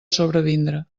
sobrevindre